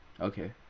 Okay